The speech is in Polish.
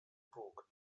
bug